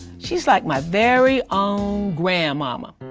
she's like my very own grandmama.